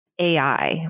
AI